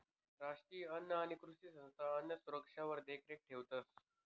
राष्ट्रीय अन्न आणि कृषी संस्था अन्नसुरक्षावर देखरेख ठेवतंस